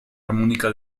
armónica